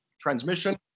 transmission